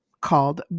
called